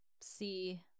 see